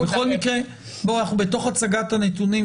אנחנו בהצגת הנתונים,